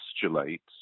postulates